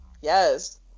Yes